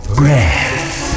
breath